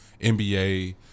NBA